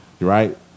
right